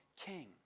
king